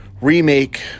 remake